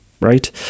right